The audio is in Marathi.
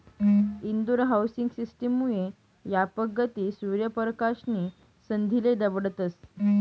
इंदोर हाउसिंग सिस्टम मुये यापक गती, सूर्य परकाश नी संधीले दवडतस